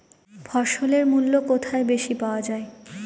ফসলের মূল্য কোথায় বেশি পাওয়া যায়?